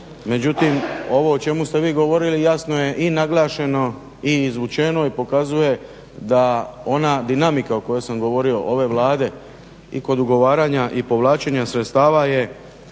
Međutim, ovo o čemu ste vi govorili jasno je i naglašeno i izvučeno i pokazuje da ona dinamika o kojoj sam govorio ove Vlade i kod ugovaranja i povlačenja sredstava je